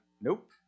nope